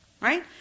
right